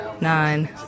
nine